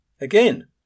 Again